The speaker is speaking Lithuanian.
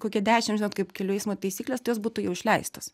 kokie dešim žinot kaip kelių eismo taisyklės tai jos būtų jau išleistos